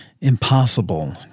impossible